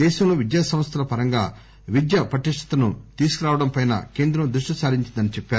దేశంలో విద్యాసంస్థల పరంగా విద్య పటిష్ణతను తీసుకురావడంపై కేంద్రం దృష్టిసారించిందని చెప్పారు